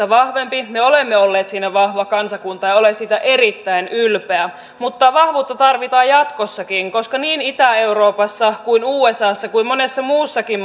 vahvempi me olemme olleet siinä vahva kansakunta ja olen siitä erittäin ylpeä mutta vahvuutta tarvitaan jatkossakin koska niin itä euroopassa usassa kuin monessa muussakin